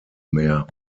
mehr